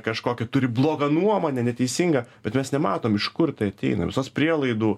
kažkokį turi blogą nuomonę neteisingą bet mes nematom iš kur tai ateina visos prielaidų